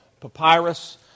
papyrus